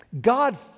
God